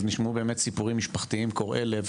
נשמעו באמת סיפורים משפחתיים קורעי לב,